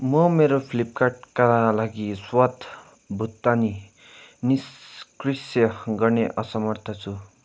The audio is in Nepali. म मेरो फ्लिपकार्टका लागि स्वत भुक्तानी निष्क्रिय गर्ने असमर्थ छु